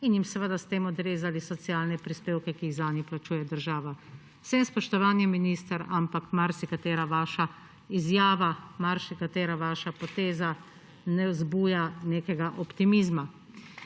in jim seveda s tem odrezali socialne prispevke, ki jih zanje plačuje država. Z vsem spoštovanjem minister, ampak marsikatera vaša izjava marsikatera vaša poteza ne vzbuja nekega optimizma.